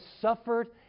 suffered